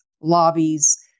lobbies